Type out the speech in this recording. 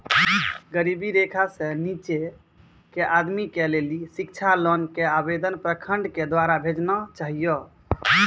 गरीबी रेखा से नीचे के आदमी के लेली शिक्षा लोन के आवेदन प्रखंड के द्वारा भेजना चाहियौ?